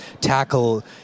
tackle